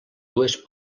dues